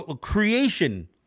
creation